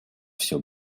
все